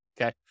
okay